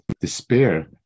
despair